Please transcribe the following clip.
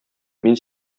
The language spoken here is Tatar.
мин